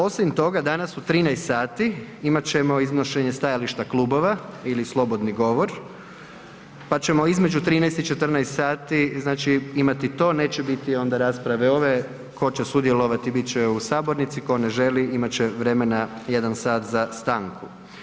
Osim toga, danas u 13 sati imat ćemo iznošenje stajališta klubova ili slobodni govor, pa ćemo između 13 i 14 sati znači imati to, neće biti onda rasprave ove, tko će sudjelovati bit će u sabornici, tko ne želi imati će vremena 1 sat za stanku.